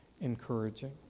encouraging